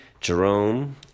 Jerome